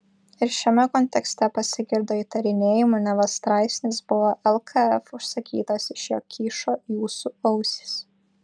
ir šiame kontekste pasigirdo įtarinėjimų neva straipsnis buvo lkf užsakytas iš jo kyšo jūsų ausys